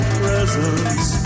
presence